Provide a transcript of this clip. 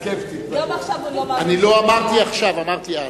גם עכשיו אני אומרת, לא אמרתי עכשיו, אמרתי אז.